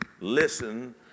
listen